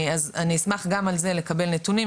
אז אני אשמח גם על זה לקבל נתונים,